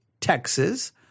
Texas